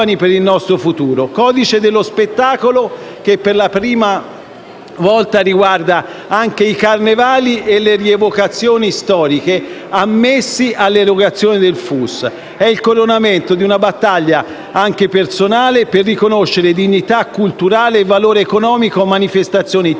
codice dello spettacolo per la prima volta riguarda anche i carnevali e le rievocazioni storiche, ammessi all'erogazione del FUS. È il coronamento di una battaglia, anche personale, per riconoscere dignità culturale e valore economico a manifestazioni tipiche